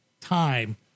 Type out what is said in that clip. time